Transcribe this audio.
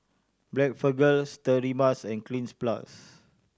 Blephagel Sterimars and Cleanz Plus